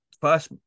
first